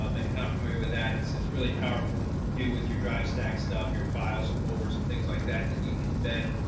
um if you're not familiar with that, it's it's really powerful to do with your drive stack stuff, your files and folders and things like that, that you can embed,